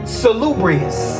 salubrious